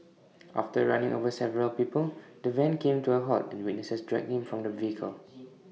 after running over several people the van came to A halt and witnesses dragged him from the vehicle